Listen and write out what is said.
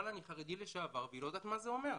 לה שאני חרדי לשעבר והיא לא יודעת מה זה אומר.